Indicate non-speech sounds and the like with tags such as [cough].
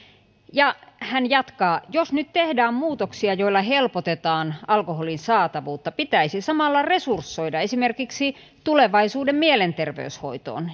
ja hän jatkaa jos nyt tehdään muutoksia joilla helpotetaan alkoholin saatavuutta pitäisi samalla resursoida esimerkiksi tulevaisuuden mielenterveyshoitoon [unintelligible]